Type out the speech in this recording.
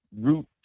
root